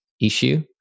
issue